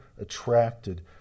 attracted